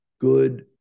good